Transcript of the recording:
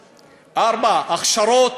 4. הכשרות,